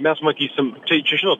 mes matysim tai čia žinot